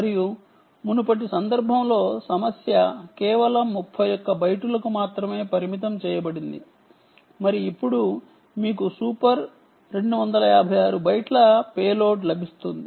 మరియు మునుపటి సందర్భంలో సమస్య అది కేవలం 31 బైటులకు పరిమితం చేయబడింది మరియు ఇప్పుడు మీకు సూపర్ 256 బైట్ల పేలోడ్ లభిస్తుంది